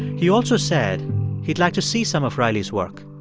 he also said he'd like to see some of riley's work.